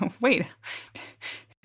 wait